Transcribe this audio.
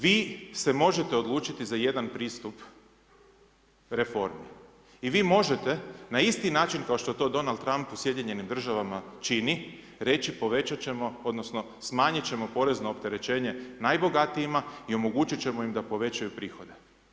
Vi se možete odlučiti za jedan pristup reforme i vi možete na isti način kao što to Donald Trump u SAD-u čini, reći povećat ćemo odnosno smanjit ćemo porezno opterećenje najbogatijima i omogućit ćemo im da povećaju prihode.